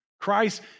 Christ